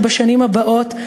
בשנים הבאות,